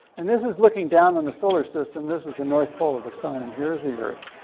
and this is looking down on the solar system. this is the north pole of the sun. and here's the earth.